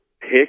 pick